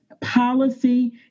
policy